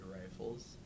rifles